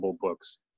books